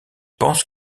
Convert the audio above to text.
pense